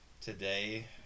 today